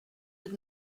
did